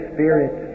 Spirit